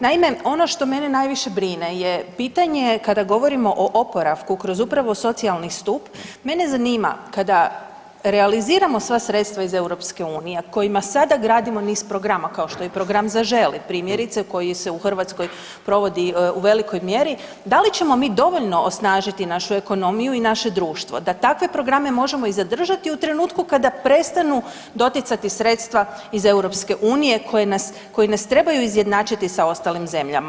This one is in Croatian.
Naime, ono što mene najviše brine je pitanje kada govorimo o oporavku kroz upravo socijalni stup, mene zanima kada realiziramo sva sredstva iz EU a kojima sada gradimo niz programa kao što je i program Zaželi primjerice koji se u Hrvatskoj provodi u velikoj mjeri da li ćemo mi dovoljno osnažiti našu ekonomiju i naše društvo da takve programe možemo i zadržati u trenutku kada prestanu doticati sredstva iz EU koja nas trebaju izjednačiti sa ostalim zemljama.